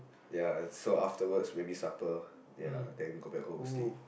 ya so afterwards maybe supper ya then go back home sleep